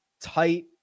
tight